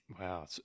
Wow